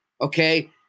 okay